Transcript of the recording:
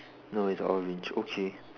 no it's orange okay